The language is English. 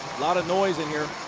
lot of noise in here.